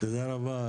תודה רבה,